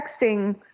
texting